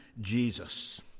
Jesus